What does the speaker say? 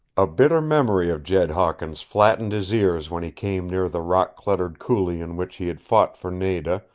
a bitter memory of jed hawkins flattened his ears when he came near the rock-cluttered coulee in which he had fought for nada,